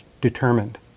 determined